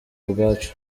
ubwacu